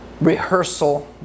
rehearsal